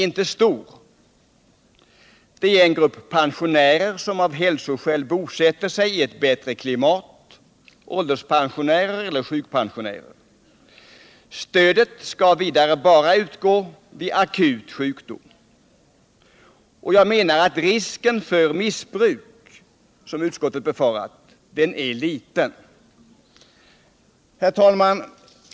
Det är en grupp pensionärer — ålderseller sjukpensionärer — som av hälsoskäl bosätter sig i ett bättre klimat. Stödet skall vidare bara utgå vid akut sjukdom. Jag menar att risken för sådant missbruk som utskottet befarat är liten. Herr talman!